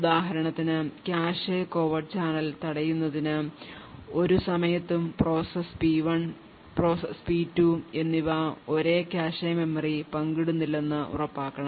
ഉദാഹരണത്തിന് cache covert channel തടയുന്നതിന് ഒരു സമയത്തും പ്രോസസ്സ് P1 പ്രോസസ് P2 എന്നിവ ഒരേ കാഷെ മെമ്മറി പങ്കിടുന്നില്ലെന്ന് ഉറപ്പാക്കണം